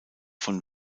von